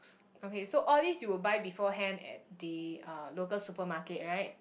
okay so all these you will buy beforehand at the uh local supermarket right